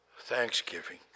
Thanksgiving